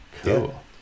Cool